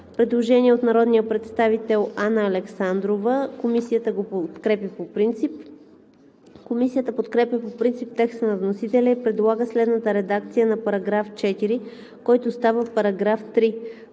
Предложение на народния представител Анна Александрова. Комисията подкрепя по принцип предложението. Комисията подкрепя по принцип текста на вносителя и предлага следната редакция на § 4, който става § 3: „§ 3.